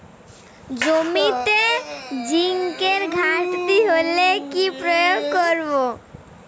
জমিতে জিঙ্কের ঘাটতি হলে কি প্রয়োগ করব?